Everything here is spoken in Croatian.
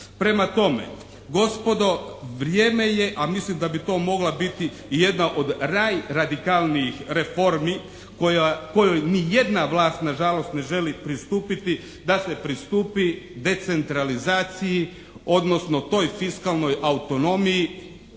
Prema tome, gospodo vrijeme je, a mislim da bi to mogla biti i jedna od … /Govornik se ne razumije./ … radikalnijih reformi koja, kojoj ni jedna vlast nažalost ne želi pristupiti da se pristupi decentralizaciji odnosno toj fiskalnoj autonomiji,